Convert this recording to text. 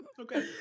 Okay